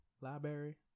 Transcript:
Library